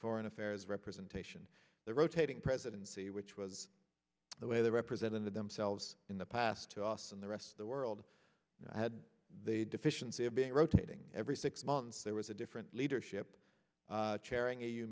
foreign affairs representation the rotating presidency which was the way the representing themselves in the past to us and the rest of the world had a deficiency of being rotating every six months there was a different leadership chairing a